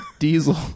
Diesel